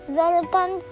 welcome